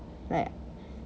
like